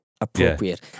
appropriate